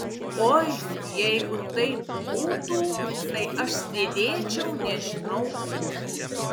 oi jeigu taip būtų tai aš sėdėčiau nežinau kur